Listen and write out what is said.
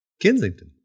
Kensington